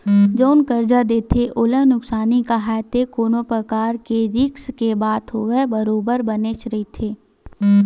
जउन करजा देथे ओला नुकसानी काहय ते कोनो परकार के रिस्क के बात होवय बरोबर बनेच रहिथे